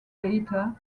data